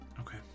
Okay